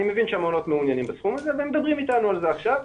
אני מבין שהמעונות מעוניינים בסכום הזה והם מדברים איתנו עכשיו.